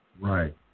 Right